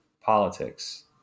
politics